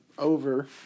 over